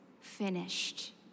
finished